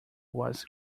was